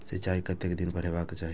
सिंचाई कतेक दिन पर हेबाक चाही?